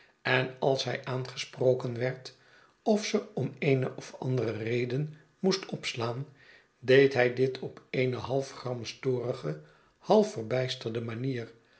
en als hij aangesproken werd of ze om eene andere reden moest opslaan deed hij dit op eene half gramstorige halfverbijsterde manier